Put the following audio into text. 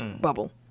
Bubble